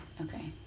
okay